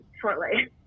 shortly